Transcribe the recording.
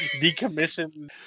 decommissioned